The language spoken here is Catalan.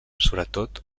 sobretot